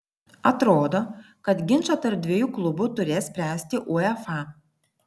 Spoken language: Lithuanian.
atrodo kad ginčą tarp dviejų klubų turės spręsti uefa